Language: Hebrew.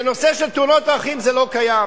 בנושא של תאונות דרכים זה לא קיים.